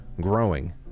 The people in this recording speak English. growing